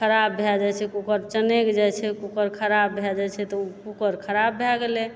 खराब भए जाइ छै कुकर चनकि जाइ छै कुकर खराब भए जाइ छै तऽ ओ कुकर खराब भए गेलए